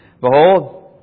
Behold